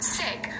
sick